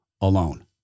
alone